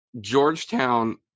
Georgetown